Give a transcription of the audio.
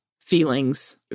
feelings